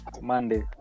Monday